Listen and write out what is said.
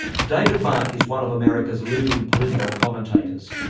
david mark is one of america's leading political commentators.